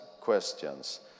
questions